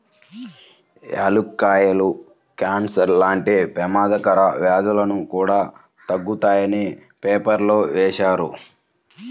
యాలుక్కాయాలు కాన్సర్ లాంటి పెమాదకర వ్యాధులను కూడా తగ్గిత్తాయని పేపర్లో వేశారు